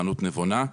צרכנות נבונה,